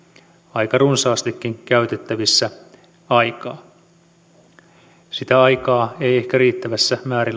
aika runsaastikin aikaa käytettävissä sitä aikaa ei ehkä riittävissä